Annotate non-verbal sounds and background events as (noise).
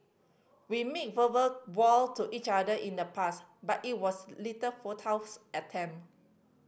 we made verbal vow to each other in the past but it was little futile (unintelligible) attempt